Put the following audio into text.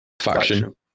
faction